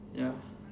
ya